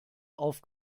auf